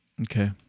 Okay